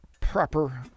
proper